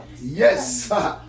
Yes